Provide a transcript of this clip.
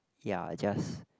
ya just